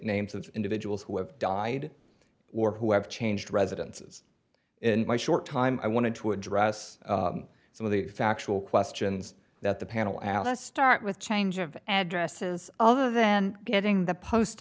names of individuals who have died or who have changed residences in my short time i wanted to address some of the factual questions that the panel alice start with change of addresses other than getting the post